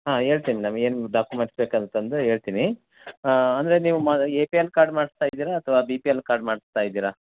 ಹಾಂ ಹೇಳ್ತಿನ್ ಮೇಡಮ್ ಏನು ಡಾಕ್ಯುಮೆಂಟ್ಸ್ ಬೇಕಂತಂದು ಹೇಳ್ತೀನಿ ಅಂದರೆ ನೀವು ಮ ಎ ಪಿ ಎಲ್ ಕಾರ್ಡ್ ಮಾಡಿಸ್ತ ಇದ್ದೀರಾ ಅಥವಾ ಬಿ ಪಿ ಎಲ್ ಕಾರ್ಡ್ ಮಾಡಿಸ್ತ ಇದ್ದೀರ